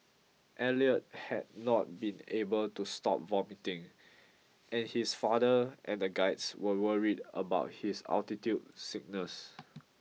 Elliot had not been able to stop vomiting and his father and the guides were worried about his altitude sickness